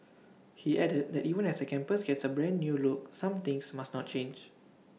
he added that even as the campus gets A brand new look some things must not change